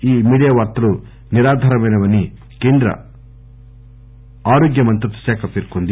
ఈ మీడియా వార్తలు నిరాధారమైనవని కేంద్ర ఆరోగ్య మంత్రిత్వశాఖ పేర్కొంది